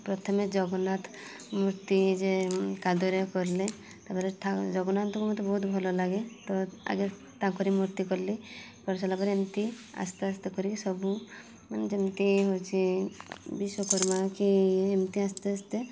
ଫା ପ୍ରଥମେ ଜଗନ୍ନାଥ ମୂର୍ତ୍ତି ଯେ କାଦୁଅରେ କରଲେ ତାପରେ ଠା ଜଗନ୍ନାଥଙ୍କୁ ମତେ ବହୁତ ଭଲ ଲାଗେ ତ ଆଗେ ତାଙ୍କରି ମୂର୍ତ୍ତି କରିଲି କରି ସାରିଲା ପରେ ଏମିତି ଆସ୍ତେ ଆସ୍ତେ କରିକି ସବୁ ମାନେ ଯେମିତି ହଉଛି ବିଶ୍ଵକର୍ମା କି ଏମିତି ଆସ୍ତେ ଆସ୍ତେ